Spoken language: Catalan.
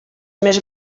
més